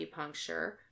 acupuncture